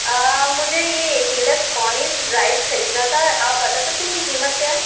मुझे यह डीलक्स पौनीस राइस खरीदना था आप बता सकते हैं इनकी कीमत क्या है